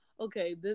okay